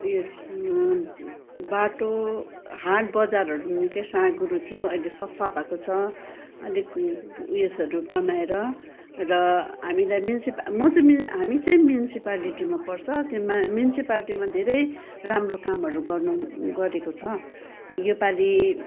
उयोस् बाटो हाट बजारहरू पनि निकै साँघुरो थियो अहिले सफा भएको छ अलिक उयसहरू बनाएर र हामीलाई म्युनसि म चाहिँ म्युनसि हामी चाहिँ म्युन्सिपालिटीमा पर्छ त्यो मा म्युन्सिपाटीमा धेरै राम्रो कामहरू गर्नु गरेको छ योपाली